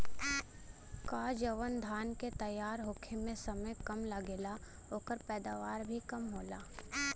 का जवन धान के तैयार होखे में समय कम लागेला ओकर पैदवार भी कम होला?